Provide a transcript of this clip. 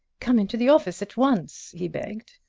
come into the office at once! he begged.